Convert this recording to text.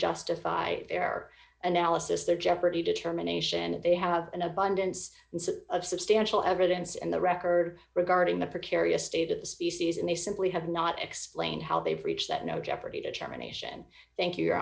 justify their analysis their jeopardy determination if they have an abundance of substantial evidence and the record regarding the precarious state of the species and they simply have not explained how they've reached that no jeopardy determination thank you